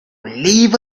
leave